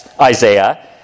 Isaiah